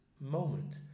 moment